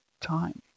time